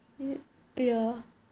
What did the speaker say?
hmm ya